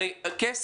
הרי את הכסף